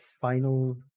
final